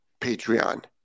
Patreon